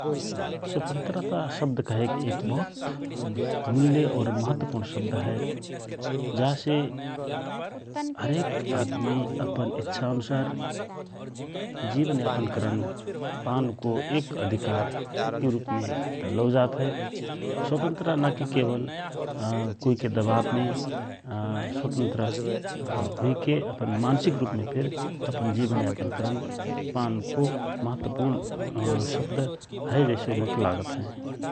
स्वातन्त्रता शब्द कहेसे एक बहुत मुल्य और महत्व पुर्णा शब्द हए जा से हरेक आदमी अपन इच्छा अनुसारको जिवन यापन करनको एक अधिकार के रूपमे लौ जात हए स्वतन्त्रता न कि केवल कुइके दवाव मे स्वातन्त्र हुइके मानसिक रूपमे फिर अपन जिवन पान के महत्वपुर्ण शब्दहए जैसो माके लागत अए ।